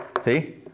See